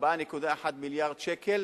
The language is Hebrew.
4.1 מיליארד שקל